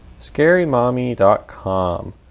Scarymommy.com